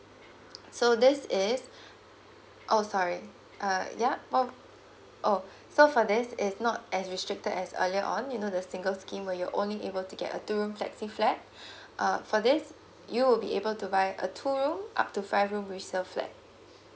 so this is oh sorry uh ya oh oh so for this is not as restricted as earlier on you know the single scheme where you only able to get a two room flexi flat uh for this you will be able to buy a two room up to five room resale flat